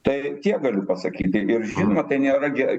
tai tiek galiu pasakyti ir žinote nėra ge